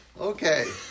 Okay